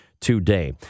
today